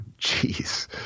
Jeez